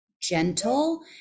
gentle